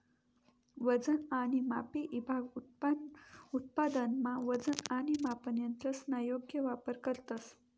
वजन आणि मापे ईभाग उत्पादनमा वजन आणि मापन यंत्रसना योग्य वापर करतंस